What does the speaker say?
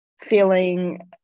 feeling-